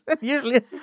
Usually